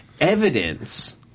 evidence